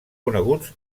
coneguts